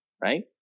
right